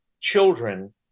Children